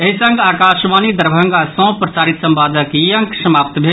एहि संग आकाशवाणी दरभंगा सँ प्रसारित संवादक ई अंक समाप्त भेल